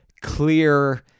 clear